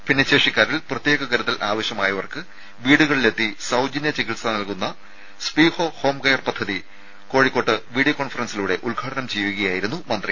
ഭിന്നശേഷിക്കാരിൽ പ്രത്യേക കരുതൽ ആവശ്യമായവർക്ക് വീടുകളിലെത്തി സൌജന്യ ചികിത്സ നൽകുന്ന സ്പീഹോ ഹോം കെയർ പദ്ധതി കോഴിക്കോട്ട് വീഡിയോ കോൺഫറൻസിലൂടെ ഉദ്ഘാടനം ചെയ്യുകയായിരുന്നു മന്ത്രി